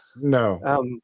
No